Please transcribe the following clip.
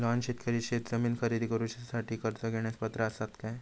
लहान शेतकरी शेतजमीन खरेदी करुच्यासाठी कर्ज घेण्यास पात्र असात काय?